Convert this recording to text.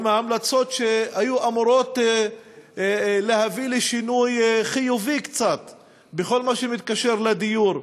עם ההמלצות שהיו אמורות להביא קצת שינוי חיובי בכל מה שמתקשר לדיור,